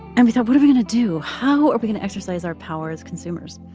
and we thought, what are we gonna do? how are we gonna exercise our power as consumers?